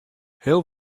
heel